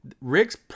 Rick's